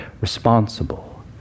responsible